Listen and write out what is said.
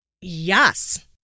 Yes